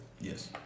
Yes